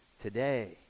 Today